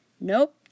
Nope